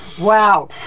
Wow